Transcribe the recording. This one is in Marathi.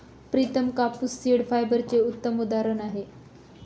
प्रितम कापूस सीड फायबरचे उत्तम उदाहरण आहे